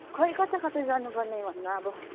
खै कता कता जानुपर्ने भन्नु अब